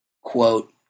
quote